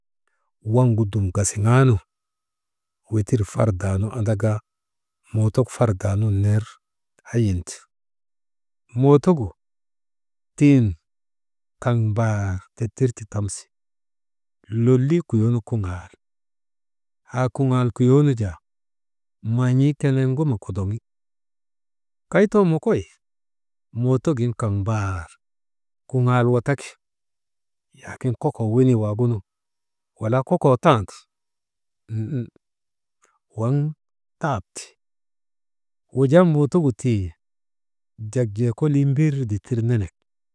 Waŋgu dum gasiŋaanu, wetir fardaa nu andaka mootok fardaa nun ner hayin ti. Mootogu tiŋ kaŋ mbaar dittir ti tamsi, lolii kuyoo nu kuŋaal, haa kuŋaal kuyoo nu jaa maan̰ii keneenu n̰eegin ma kondoŋi, kay too mokoy mootok gin kaŋ mbaar kuŋaal wataki, laakin kokoo wenii waagunu walaa kokoo tanni umu waŋ taap ti wujaa mootogu tii jak jee kolii mbir dittir melek.